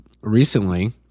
recently